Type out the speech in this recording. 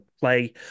play